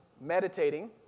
meditating